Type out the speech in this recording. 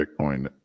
Bitcoin